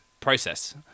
process